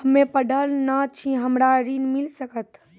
हम्मे पढ़ल न छी हमरा ऋण मिल सकत?